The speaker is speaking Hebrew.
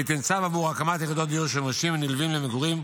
ליתן צו עבור הקמת יחידות דיור ושימושים נלווים למגורים,